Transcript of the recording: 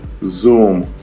Zoom